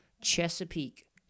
Chesapeake